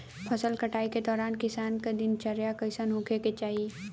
फसल कटाई के दौरान किसान क दिनचर्या कईसन होखे के चाही?